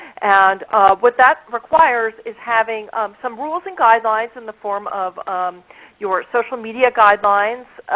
and what that requires is having some rules and guidelines in the form of your social media guidelines.